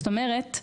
זאת אומרת,